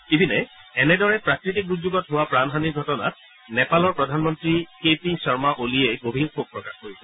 ইপিনে এনেদৰে প্ৰাকৃতিক দুৰ্যোগত হোৱা প্ৰাণহানিৰ ঘটনাত নেপালৰ প্ৰধান মন্ত্ৰী কে পি শৰ্মা অলিয়ে গভীৰ শোক প্ৰকাশ কৰিছে